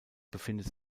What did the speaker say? befindet